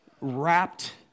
wrapped